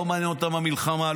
לא מעניין אותם המלחמה,